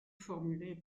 formulées